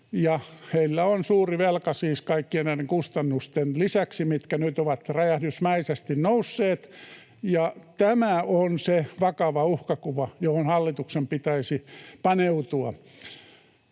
Heillä on siis suuri velka kaikkien näiden kustannusten lisäksi, mitkä nyt ovat räjähdysmäisesti nousseet. Tämä on se vakava uhkakuva, johon hallituksen pitäisi paneutua.